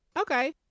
Okay